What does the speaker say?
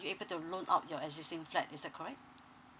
you able to loan out your existing flat is that correct